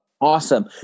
awesome